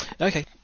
Okay